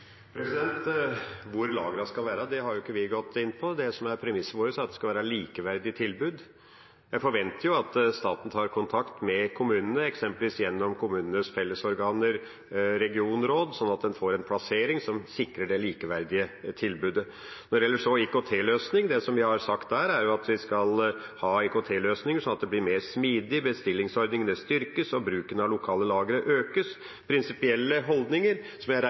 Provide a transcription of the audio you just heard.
som er premisset vårt, er at det skal være likeverdige tilbud. Jeg forventer at staten tar kontakt med kommunene, eksempelvis gjennom kommunenes fellesorganer, regionråd, sånn at en får en plassering som sikrer det likeverdige tilbudet. Når det så gjelder IKT-løsning: Det vi har sagt, er at vi skal ha IKT-løsninger, sånn at det blir mer smidig. Bestillingsordningen styrkes, og bruken av lokale lagre økes. Det er prinsipielle holdninger, som jeg regner med at regjeringa vil følge opp. Enkeltheter i hvordan en praktisk gjør det, hvilke systemer en har for dette, er